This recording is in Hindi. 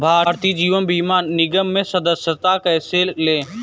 भारतीय जीवन बीमा निगम में सदस्यता कैसे लें?